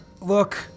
Look